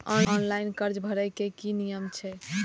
Online कर्जा भरे के नियम की छे?